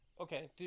okay